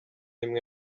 imwe